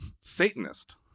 Satanist